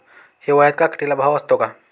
हिवाळ्यात काकडीला भाव असतो का?